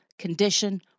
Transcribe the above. condition